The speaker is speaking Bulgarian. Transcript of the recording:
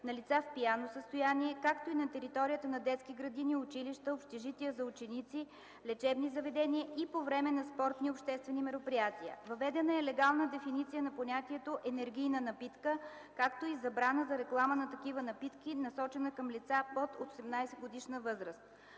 на лица в пияно състояние, както и на територията на детски градини, училища, общежития за ученици, лечебни заведения и по време на спортни и обществени мероприятия. Въведена е легална дефиниция на понятието „енергийна напитка”, както и забрана за реклама на такива напитки, насочена към лица под 18-годишна възраст.